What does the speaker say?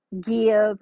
give